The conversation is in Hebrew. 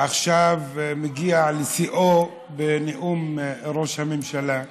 ועכשיו מגיע לשיאו בנאום ראש הממשלה,